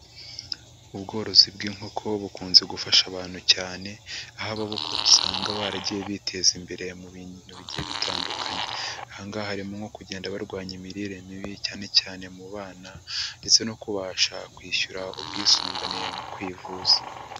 Ubworozi bw'inkoko bukunze gufasha abantu cyane aho ababukora usanga baragiye biteza imbere mu bintu bigiye bitandukanye, aha ngaha harimo nko kugenda barwanya imirire mibi cyane cyane mu bana ndetse no kubasha kwishyura ubwisungane mu kwivuza.